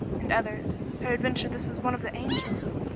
and others, peradventure this is one of the angels.